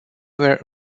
were